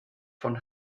von